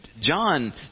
John